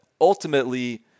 ultimately